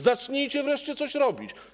Zacznijcie wreszcie coś robić.